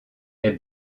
est